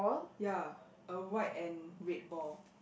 ya a white and red ball